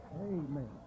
Amen